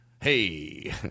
Hey